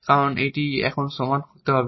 কারণ এটি এখন সমান হতে হবে